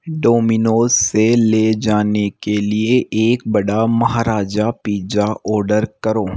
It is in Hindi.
डोमिनोज़ से ले जाने के लिए एक बड़ा महाराजा पिज्जा ऑर्डर करो